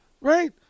right